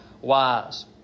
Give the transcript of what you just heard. wise